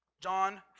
John